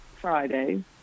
Friday